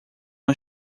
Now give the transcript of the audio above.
uma